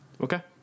Okay